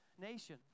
nation